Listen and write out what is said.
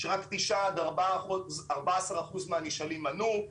שרק 14-9 אחוזים מהנשאלים ענו,